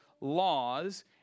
laws